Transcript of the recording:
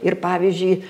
ir pavyzdžiui